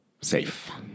Safe